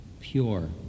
pure